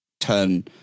turn